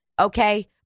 Okay